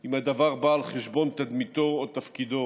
אם הדבר בא על חשבון תדמיתו או תפקידו,